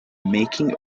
making